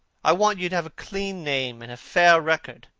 i want you to have a clean name and a fair record.